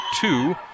two